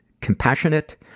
compassionate